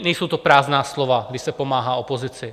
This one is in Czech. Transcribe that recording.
Nejsou to prázdná slova, když se pomáhá opozici.